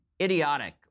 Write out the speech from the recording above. idiotic